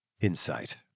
insight